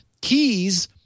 Keys